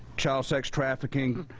child sex trafficking,